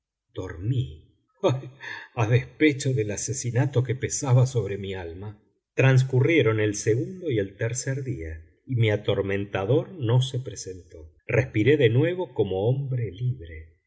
dormí ay a despecho del asesinato que pesaba sobre mi alma transcurrieron el segundo y el tercer día y mi atormentador no se presentó respiré de nuevo como hombre libre